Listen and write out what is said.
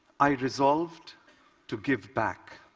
i resolved to give back.